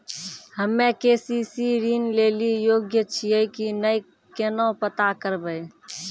हम्मे के.सी.सी ऋण लेली योग्य छियै की नैय केना पता करबै?